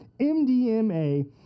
MDMA